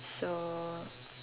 so